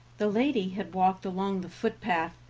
the lady had walked along the footpath,